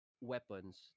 weapons